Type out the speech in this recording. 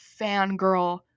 fangirl